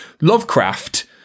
Lovecraft